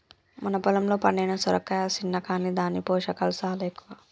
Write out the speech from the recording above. మన పొలంలో పండిన సొరకాయ సిన్న కాని దాని పోషకాలు సాలా ఎక్కువ